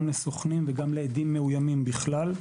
גם לסוכנים וגם לעדים מאוימים בכלל.